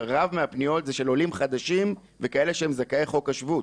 רב מהפניות זה של עולים חדשים וכאלה שהם זכאי חוק השבות,